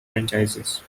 franchises